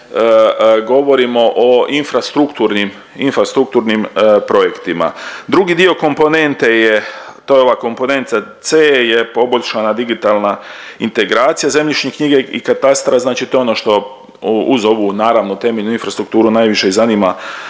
Znači govorimo o infrastrukturnim projektima. Drugi dio komponente je to je ova komponenta C, je poboljšana digitalna integracije zemljišne knjige i katastra, znači to je ono što uz ovu naravno temeljnu infrastrukturu najviše i zanima